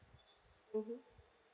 mm